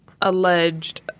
alleged